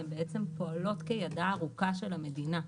הן פועלות כידה הארוכה של המדינה,